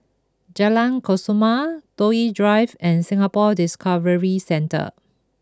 Jalan Kesoma Toh Yi Drive and Singapore Discovery Centre